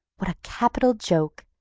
what a capital joke!